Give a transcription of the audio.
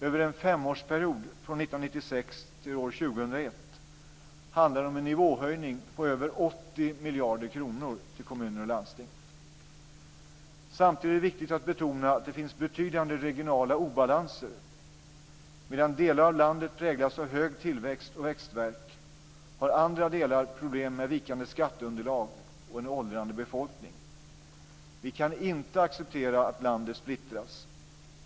Över en femårsperiod från år 1996 till år 2001 handlar det om en nivåhöjning på över 80 Samtidigt är det viktigt att betona att det finns betydande regionala obalanser. Medan delar av landet präglas av hög tillväxt och växtverk har andra delar problem med vikande skatteunderlag och en åldrande befolkning. Vi kan inte acceptera att landet splittras.